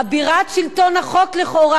אבירת שלטון החוק לכאורה,